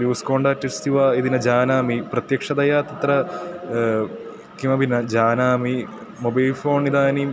ल्यूस् contact अस्ति वा इति न जानामि प्रत्यक्षतया तत्र किमपि न जानामि मोबैल् फ़ोण् इदानीं